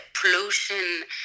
pollution